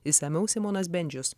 išsamiau simonas bendžius